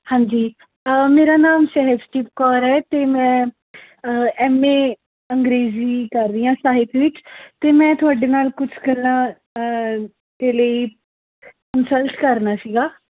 ਹਾਂਜੀ ਮੇਰਾ ਨਾਮ ਸਹਿਜਦੀਪ ਕੌਰ ਹੈ ਅਤੇ ਮੈਂ ਐੱਮ ਏ ਅੰਗਰੇਜ਼ੀ ਕਰ ਰਹੀ ਹਾਂ ਸਾਹਿਤ ਵਿੱਚ ਅਤੇ ਮੈਂ ਤੁਹਾਡੇ ਨਾਲ ਕੁਝ ਗੱਲਾਂ ਦੇ ਲਈ ਰਿਸਰਚ ਕਰਨਾ ਸੀਗਾ